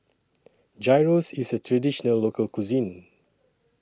Gyros IS A Traditional Local Cuisine